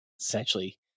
essentially